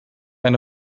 eine